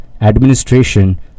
administration